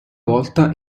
volta